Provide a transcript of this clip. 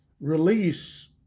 release